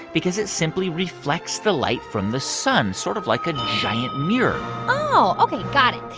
because it simply reflects the light from the sun sort of like a giant mirror oh, ok, got it.